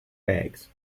bags